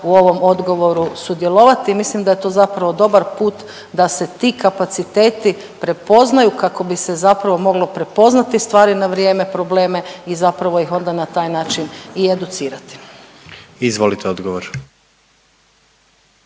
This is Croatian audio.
u ovom odgovoru sudjelovati i mislim da je to zapravo dobar put da se ti kapaciteti prepoznaju kako bi se zapravo moglo prepoznati stvari na vrijeme probleme i zapravo ih onda na taj način i educirati. **Jandroković,